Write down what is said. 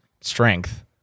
strength